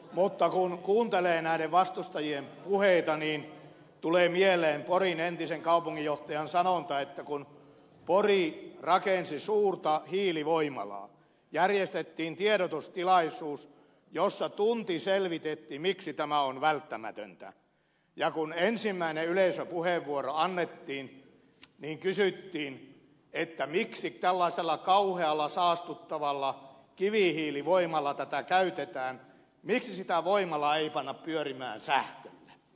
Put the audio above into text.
mutta kun kuuntelee näiden vastustajien puheita niin tulee mieleen porin entisen kaupunginjohtajan sanonta että kun pori rakensi suurta hiilivoimalaa järjestettiin tiedotustilaisuus jossa tunti selvitettiin miksi tämä on välttämätöntä ja kun ensimmäinen yleisöpuheenvuoro annettiin niin kysyttiin miksi tällaisella kauhealla saastuttavalla kivihiilivoimalla tätä käytetään miksi sitä voimalaa ei panna pyörimään sähköllä